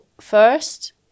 first